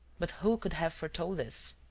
but who could have foretold this?